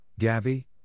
Gavi